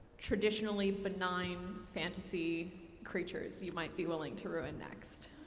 traditionally benign fantasy creatures you might be willing to ruin next.